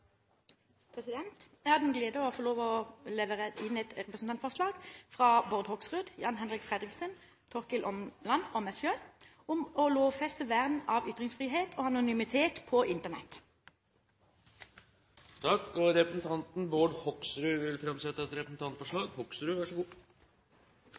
Jeg har den glede å få lov å levere inn et representantforslag fra Bård Hoksrud, Jan-Henrik Fredriksen, Torkil Åmland og meg selv om å lovfeste vern av ytringsfrihet og anonymitet på Internett. Representanten Bård Hoksrud vil framsette et representantforslag. Jeg har gleden av å fremsette et